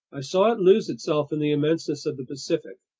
i saw it lose itself in the immenseness of the pacific,